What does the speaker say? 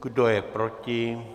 Kdo je proti?